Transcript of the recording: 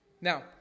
Now